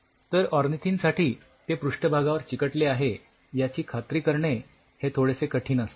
तर ऑर्निथिनसाठी ते पृष्ठभागावर चिकटले आहे याची खात्री करणे हे थोडेसे कठीण आहे